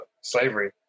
slavery